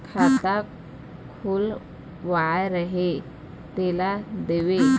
खाता खुलवाय रहे तेला देव?